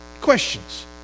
questions